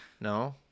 no